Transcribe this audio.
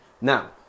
now